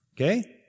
okay